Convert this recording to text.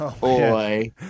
boy